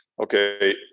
Okay